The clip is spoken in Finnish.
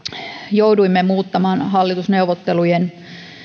jouduimme muuttamaan hallitusneuvottelujen